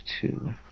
two